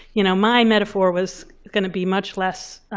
you know, my metaphor was going to be much less